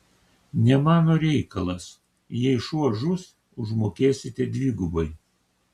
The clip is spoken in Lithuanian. ne mano reikalas jei šuo žus užmokėsite dvigubai